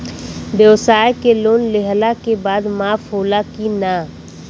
ब्यवसाय के लोन लेहला के बाद माफ़ होला की ना?